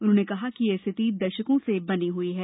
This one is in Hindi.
उन्होंने कहा कि यह स्थिति दशकों से बनी हुई है